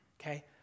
Okay